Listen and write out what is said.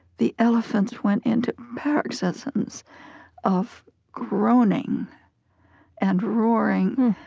the elephants went into paroxysms of groaning and roaring.